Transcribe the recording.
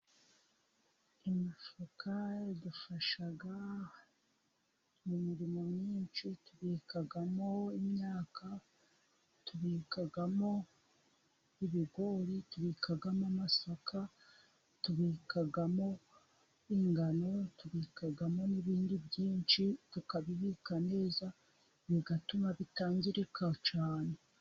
Imifuka Idufasha mu mirimo myinshi. Tubikamo imyaka, tubikamo ibigori, tubikamo amasaka, tubikamo n'ingano, tubikamo n'ibindi byinshi, tukabibika neza bigatuma bitangirika cyane.